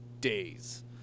days